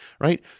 right